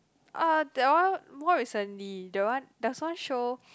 uh that one more recently that one there's one show